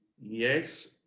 yes